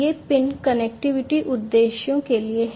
ये pin connectivity उद्देश्यों के लिए हैं